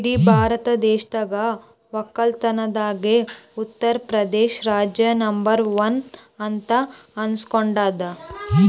ಇಡೀ ಭಾರತ ದೇಶದಾಗ್ ವಕ್ಕಲತನ್ದಾಗೆ ಉತ್ತರ್ ಪ್ರದೇಶ್ ರಾಜ್ಯ ನಂಬರ್ ಒನ್ ಅಂತ್ ಅನಸ್ಕೊಂಡಾದ್